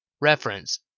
Reference